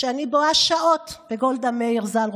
כשאני בוהה שעות בגולדה מאיר ז"ל,